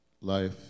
life